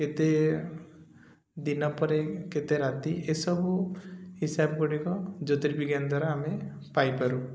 କେତେଦିନ ପରେ କେତେ ରାତି ଏସବୁ ହିସାବ ଗୁଡ଼ିକ ଜ୍ୟୋତିର୍ବିଜ୍ଞାନ ଦ୍ୱାରା ଆମେ ପାଇପାରୁ